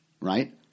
Right